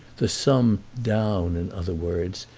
the sum down, in other words,